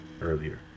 earlier